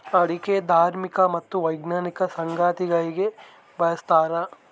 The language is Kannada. ಅಡಿಕೆ ಧಾರ್ಮಿಕ ಮತ್ತು ವೈಜ್ಞಾನಿಕ ಸಂಗತಿಗಳಿಗೆ ಬಳಸ್ತಾರ